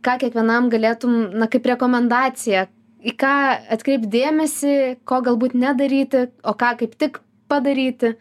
ką kiekvienam galėtum na kaip rekomendaciją į ką atkreipt dėmesį ko galbūt nedaryti o ką kaip tik padaryti